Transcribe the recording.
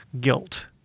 guilt